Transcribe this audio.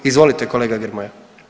Izvolite kolega Grmoja.